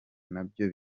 nabyo